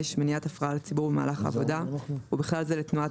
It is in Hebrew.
(5)מניעת הפרעה לציבור במהלך העבודה ובכלל (6)זה לתנועת